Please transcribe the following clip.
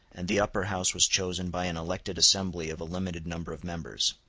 and the upper house was chosen by an elected assembly of a limited number of members.